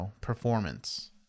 performance